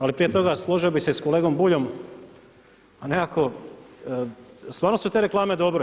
Ali prije toga složio bih se i sa kolegom Buljom, a nekako, stvarno su te reklame dobre.